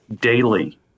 daily